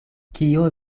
kio